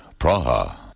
Praha